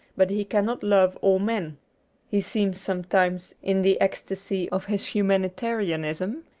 but he cannot love all men he seems some times, in the ecstasy of his humanitarianism,